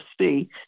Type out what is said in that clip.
see